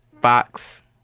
Fox